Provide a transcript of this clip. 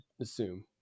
assume